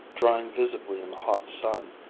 drying visibly in the hot sun,